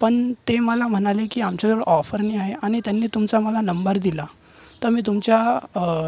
पण ते मला म्हणाले की आमच्याजवळ ऑफर नाही आहे आणि त्यांनी तुमचा मला नंबर दिला तर मी तुमच्या